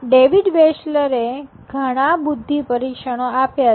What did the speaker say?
David વેશલરે ઘણા બુદ્ધિ પરીક્ષણો આપ્યા છે